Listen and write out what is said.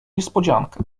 niespodziankę